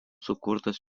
sukurtas